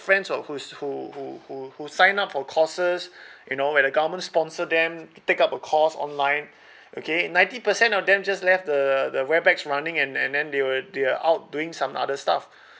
friends who are who's who who who who sign up for courses you know where the government sponsor them to take up a course online okay ninety percent of them just left the the webex running and and then they were they are out doing some other stuff